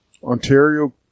ontario